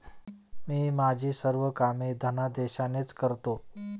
मी माझी सर्व कामे धनादेशानेच करतो